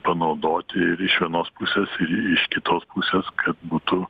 panaudoti ir iš vienos pusės iš kitos pusės kad būtų